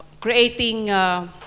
creating